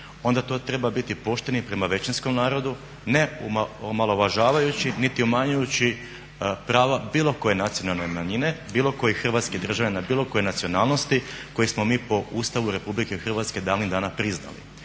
onda to treba biti pošten i prema većinskom narodu, ne omalovažavajući niti omanjujući prava bilo koje nacionalne manjine, bilo kojih hrvatskih državljana bilo koje nacionalnosti koje smo mi po Ustavu RH davnih dana priznali.